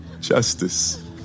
Justice